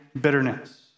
bitterness